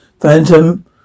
Phantom